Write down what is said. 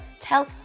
tell